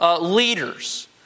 leaders